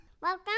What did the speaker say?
welcome